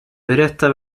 berätta